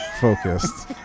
focused